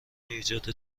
ایجاد